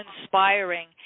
inspiring